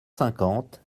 cinquante